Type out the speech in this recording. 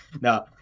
no